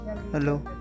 Hello